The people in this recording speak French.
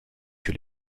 que